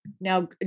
now